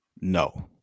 No